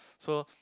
so